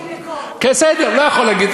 כן, בסדר, לא יכול להגיד.